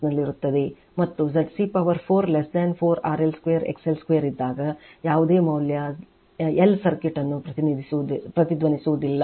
ಮತ್ತು ZC power 4 4 RL2 XL2ಇದ್ದಾಗ ಯಾವುದೇ ಮೌಲ್ಯ L ಸರ್ಕ್ಯೂಟ್ ಅನ್ನು ಪ್ರತಿಧ್ವನಿಸುವುದಿಲ್ಲ